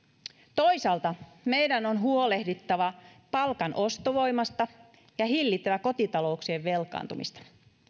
toisaalta meidän on huolehdittava palkan ostovoimasta ja hillittävä kotitalouksien velkaantumista